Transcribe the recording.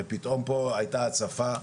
ופתאום פה היתה הצפה.